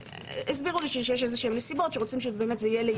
הסבירו לי שיש איזשהם נסיבות שרוצים שבאמת זה יהיה לעניין מסוים.